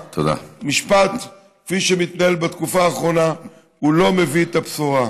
המשפט כפי שהוא מתנהל בתקופה האחרונה לא מביא את הבשורה.